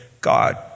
God